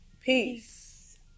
Peace